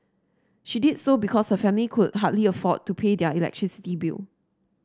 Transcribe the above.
she did so because her family could hardly afford to pay their electricity bill